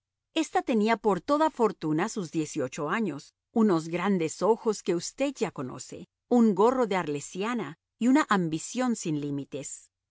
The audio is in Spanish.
esta tenía por toda fortuna sus diez y ocho años unos grandes ojos que usted ya conoce un gorro de arlesiana y una ambición sin límites